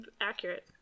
accurate